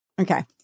Okay